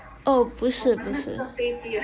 哇这个飞机啊